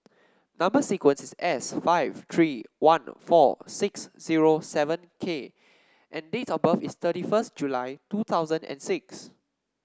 number sequence is S five three one four six zero seven K and date of birth is thirty first July two thousand and six